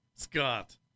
Scott